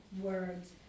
words